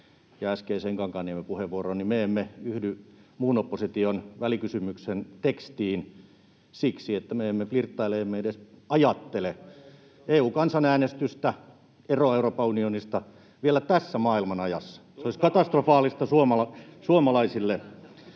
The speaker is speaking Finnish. äskeiseen Kankaanniemen puheenvuoroon me emme yhdy muun opposition välikysymyksen tekstiin siksi, että me emme flirttaile, emme edes ajattele EU-kansanäänestystä, eroa Euroopan unionista, vielä tässä maailman ajassa. Se olisi katastrofaalista suomalaisille.